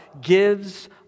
gives